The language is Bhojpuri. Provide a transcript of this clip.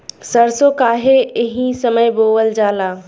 सरसो काहे एही समय बोवल जाला?